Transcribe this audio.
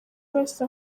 wese